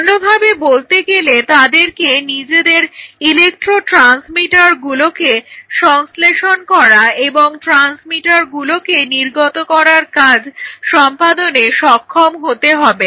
অন্যভাবে বলতে গেলে তাদেরকে নিজেদের ইলেক্ট্রো ট্রান্সমিটারগুলোকে সংশ্লেষণ করা এবং ট্রান্সমিটারগুলোকে নির্গত করার কাজ সম্পাদনে সক্ষম হতে হবে